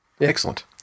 excellent